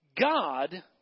God